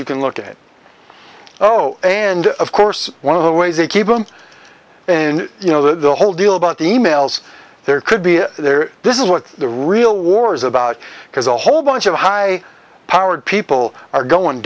you can look at oh and of course one of the ways they keep them in you know the whole deal about the e mails there could be there this is what the real war is about because a whole bunch of high powered people are going